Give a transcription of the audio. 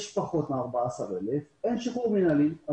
יש פחות מ-14,000 אין שחרור מינהלי.